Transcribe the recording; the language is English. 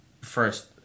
first